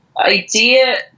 idea